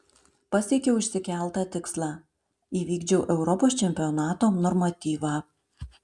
pasiekiau išsikeltą tikslą įvykdžiau europos čempionato normatyvą